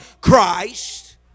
christ